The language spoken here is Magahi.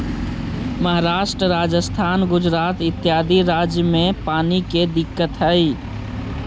महाराष्ट्र, राजस्थान, गुजरात इत्यादि राज्य में पानी के दिक्कत हई